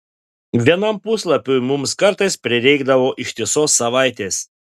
vienam puslapiui mums kartais prireikdavo ištisos savaitės